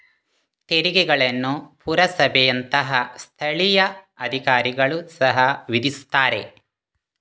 ತೆರಿಗೆಗಳನ್ನು ಪುರಸಭೆಯಂತಹ ಸ್ಥಳೀಯ ಅಧಿಕಾರಿಗಳು ಸಹ ವಿಧಿಸುತ್ತಾರೆ